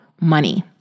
money